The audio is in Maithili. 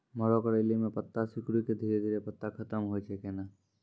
मरो करैली म पत्ता सिकुड़ी के धीरे धीरे पत्ता खत्म होय छै कैनै?